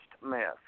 mess